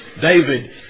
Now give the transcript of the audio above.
David